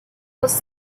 was